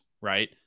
right